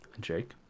Jake